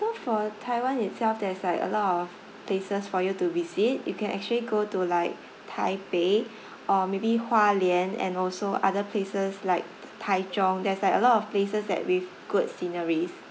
so for taiwan itself there's like a lot of places for you to visit you can actually go to like taipei or maybe hualian and also other places like taizhong there's like a lot of places that with good sceneries